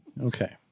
Okay